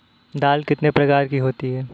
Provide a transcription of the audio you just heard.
दाल कितने प्रकार की होती है?